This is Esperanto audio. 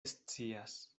scias